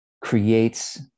creates